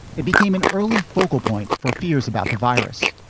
it became an early focal point for fears about the virus.